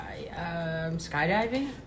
skydiving